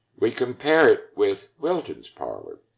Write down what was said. we compare it with wilton's parlor,